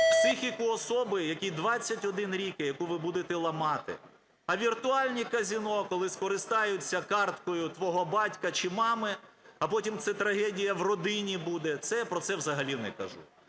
психіку особи, якій 21 рік, і яку ви будете ламати. А віртуальні казино, коли скористаються карткою твого батька чи мами, а потім це трагедія в родині буде, про це взагалі не кажу.